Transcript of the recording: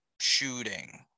shooting